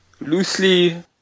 loosely